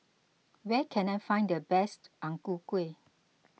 where can I find the best Ang Ku Kueh